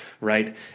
Right